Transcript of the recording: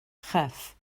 chyff